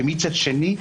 ומצד שני,